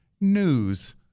news